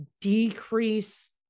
decrease